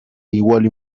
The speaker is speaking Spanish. igual